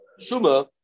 shuma